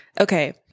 Okay